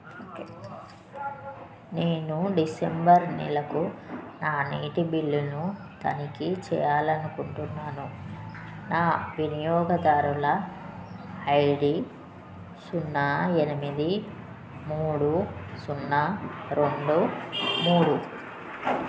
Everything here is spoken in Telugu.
నేను డిసెంబర్ నెలకు నా నీటి బిల్లును తనిఖీ చేయాలనుకుంటున్నాను నా వినియోగదారుల ఐ డీ సున్నా ఎనిమిది మూడు సున్నా రెండు మూడు